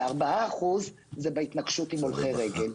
ו-4% זה בהתנגשות עם הולכי רגל.